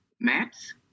maps